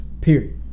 Period